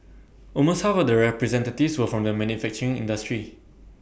almost half of the representatives were from the manufacturing industry